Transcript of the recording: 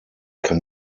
kann